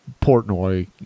Portnoy